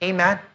Amen